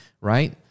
right